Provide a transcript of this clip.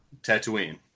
Tatooine